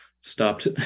stopped